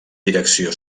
direcció